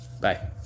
Bye